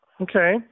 Okay